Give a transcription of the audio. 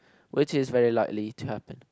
which is very likely to happen